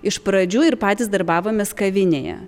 iš pradžių ir patys darbavomės kavinėje